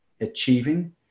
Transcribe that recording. achieving